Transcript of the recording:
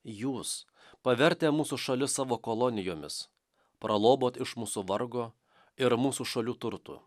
jūs pavertę mūsų šalis savo kolonijomis pralobot iš mūsų vargo ir mūsų šalių turtų